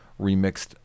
remixed